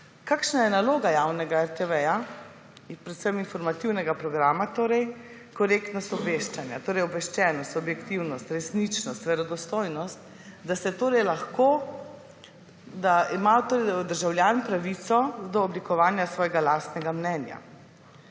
kakšna je naloga javnega RTV in predvsem informativnega programa torej, korektnost obveščanja. Torej obveščenost, objektivnost, resničnost, verodostojnost, da imajo državljani pravico do oblikovanja svojega lastnega mnenja.